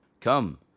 Come